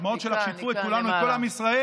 הדמעות שלך שיתפו את כולנו, את כל עם ישראל,